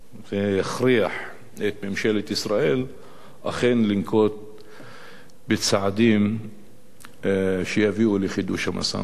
והעולם יכריח את ממשלת ישראל אכן לנקוט צעדים שיביאו לחידוש המשא-ומתן.